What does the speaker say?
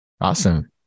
Awesome